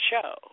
show